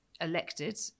elected